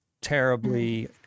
terribly